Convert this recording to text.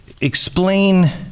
Explain